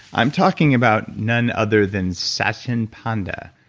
i'm talking about none other than satchin panda,